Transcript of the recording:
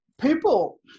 people